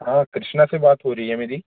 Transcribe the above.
हाँ कृष्णा से बात हो रही है मेरी